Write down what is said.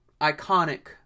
iconic